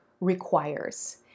requires